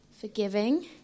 Forgiving